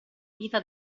vita